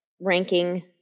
ranking